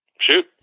Shoot